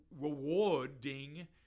rewarding